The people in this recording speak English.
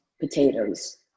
potatoes